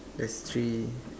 there's a tree